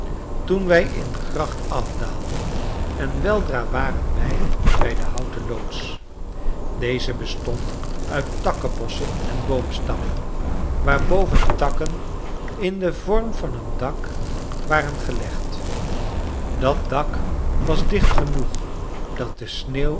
toen wij in de gracht afdaalden en weldra waren wij bij de houten loods deze bestond uit takkenbossen en boomstammen waarboven takken in den vorm van een dak waren gelegd dat dak was dicht genoeg dat de sneeuw